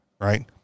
Right